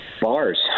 bars